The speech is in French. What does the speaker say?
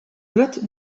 vote